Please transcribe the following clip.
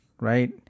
right